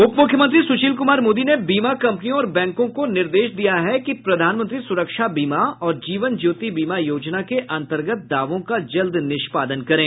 उप मुख्यमंत्री सुशील कुमार मोदी ने बीमा कंपनियों और बैंकों को निर्देश दिया है कि प्रधानमंत्री स्रक्षा बीमा और जीवन ज्योति बीमा योजना के अंतर्गत दावों का जल्द निष्पादन करें